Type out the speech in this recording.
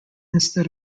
instead